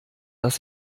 dass